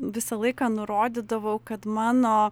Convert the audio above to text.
visą laiką nurodydavau kad mano